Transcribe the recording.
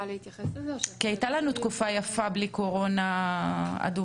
כי הייתה לנו תקופה יפה בלי קורונה אדומה.